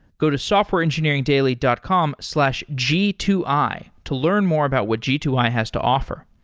go to softwareengineeringdaily dot com slash g two i to learn more about what g two i has to offer.